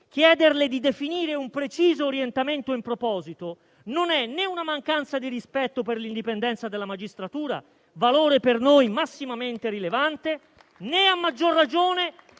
chiederle di definire un preciso orientamento in proposito non è né una mancanza di rispetto per l'indipendenza della magistratura - valore per noi massimamente rilevante - né, a maggior ragione,